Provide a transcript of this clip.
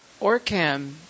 OrCam